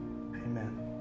Amen